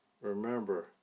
Remember